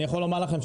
אני יכול לומר לכם,